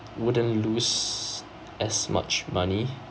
wouldn't lose as much money